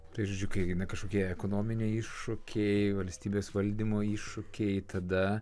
tai žodžiu kai eina kažkokie ekonominiai iššūkiai valstybės valdymo iššūkiai tada